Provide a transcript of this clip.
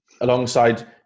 Alongside